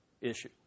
issue